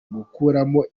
gukuramo